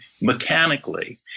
mechanically